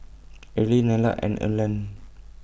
Areli Nella and Erland